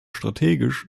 strategisch